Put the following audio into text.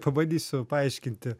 pabandysiu paaiškinti